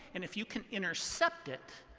and if you can intercept it,